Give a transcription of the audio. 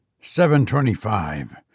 Seven-twenty-five